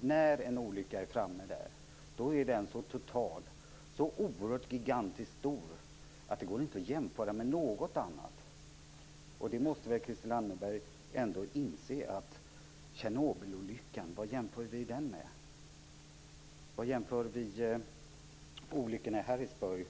När en kärnkraftsolycka är framme är den så total, så gigantiskt stor att den inte går att jämföra med något annat. Det måste väl Christel Anderberg ändå inse. Vad jämför vi Tjernobylolyckan med? Vad jämför vi olyckorna i Harrisburg